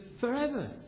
forever